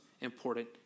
important